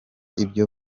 ibyo